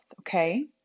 Okay